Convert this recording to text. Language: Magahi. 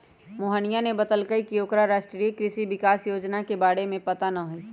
मोहिनीया ने बतल कई की ओकरा राष्ट्रीय कृषि विकास योजना के बारे में पता ना हई